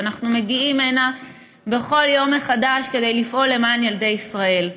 ואנחנו מגיעים הנה בכל יום מחדש כדי לפעול למען ילדי ישראל.